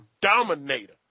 dominator